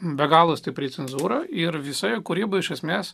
be galo stipri cenzūra ir visa kūryba iš esmės